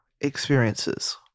experiences